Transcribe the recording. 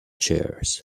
chairs